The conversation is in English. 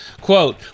quote